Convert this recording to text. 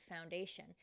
foundation